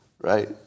right